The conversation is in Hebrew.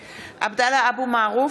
(קוראת בשמות חברי הכנסת) עבדאללה אבו מערוף,